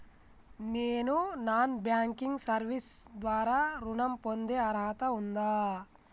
నేను non banking service ద్వారా ఋణం పొందే అర్హత ఉందా?